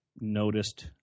noticed